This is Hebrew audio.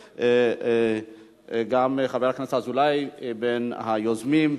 גם חבר הכנסת אזולאי בין היוזמים.